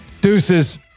Deuces